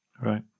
Right